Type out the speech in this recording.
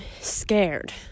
scared